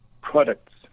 products